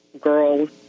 girls